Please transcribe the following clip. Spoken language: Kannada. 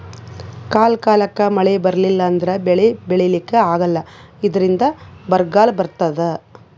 ಕಾಲ್ ಕಾಲಕ್ಕ್ ಮಳಿ ಬರ್ಲಿಲ್ಲ ಅಂದ್ರ ಬೆಳಿ ಬೆಳಿಲಿಕ್ಕ್ ಆಗಲ್ಲ ಇದ್ರಿಂದ್ ಬರ್ಗಾಲ್ ಬರ್ತದ್